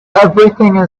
everything